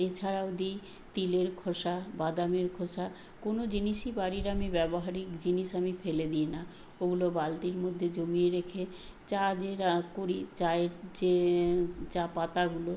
এছাড়াও দিই তিলের খোসা বাদামের খোসা কোনো জিনিসই বাড়ির আমি ব্যবহারিক জিনিস আমি ফেলে দিই না ওগুলো বালতির মধ্যে জমিয়ে রেখে চা যে রা করি চায়ের যে চা পাতাগুলো